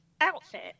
outfit